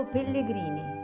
Pellegrini